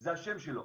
זה השם שלו,